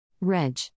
Reg